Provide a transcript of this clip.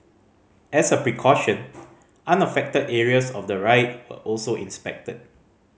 as a precaution unaffected areas of the ride were also inspected